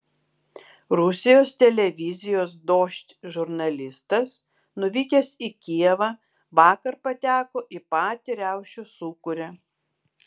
rusijos televizijos dožd žurnalistas nuvykęs į kijevą vakar pateko į patį riaušių sūkurį